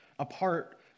apart